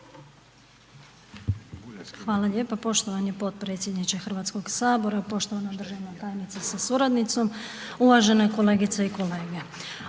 Hvala vam poštovani potpredsjedniče Hrvatskog sabora. Poštovani državni tajniče sa suradnicima, poštovane kolegice i kolege,